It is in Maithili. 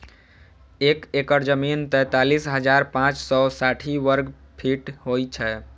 एक एकड़ जमीन तैँतालिस हजार पाँच सौ साठि वर्गफीट होइ छै